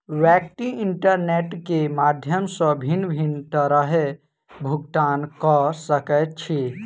व्यक्ति इंटरनेट के माध्यम सॅ भिन्न भिन्न तरहेँ भुगतान कअ सकैत अछि